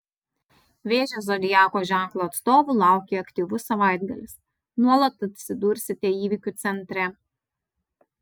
vėžio zodiako ženklo atstovų laukia aktyvus savaitgalis nuolat atsidursite įvykių centre